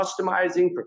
customizing